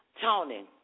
Tony